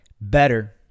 better